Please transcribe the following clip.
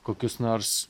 kokius nors